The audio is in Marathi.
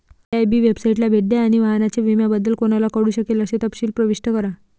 आय.आय.बी वेबसाइटला भेट द्या आणि वाहनाच्या विम्याबद्दल कोणाला कळू शकेल असे तपशील प्रविष्ट करा